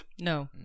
No